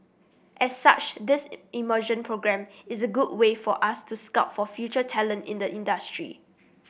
as such this immersion programme is a good way for us to scout for future talent in the industry